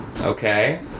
Okay